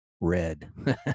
Red